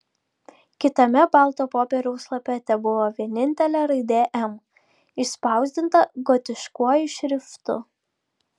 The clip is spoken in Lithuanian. kitame balto popieriaus lape tebuvo vienintelė raidė m išspausdinta gotiškuoju šriftu